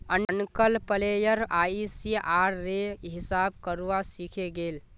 uncle player ICR रे हिसाब करवा सीखे गेल